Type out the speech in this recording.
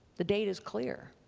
the data's clear.